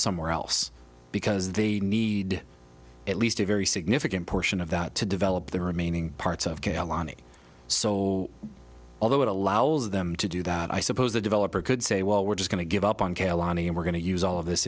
somewhere else because they need at least a very significant portion of that to develop the remaining parts of k l ani so although it allows them to do that i suppose the developer could say well we're just going to give up on caroline and we're going to use all of this